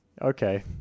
Okay